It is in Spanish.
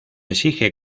exige